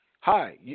hi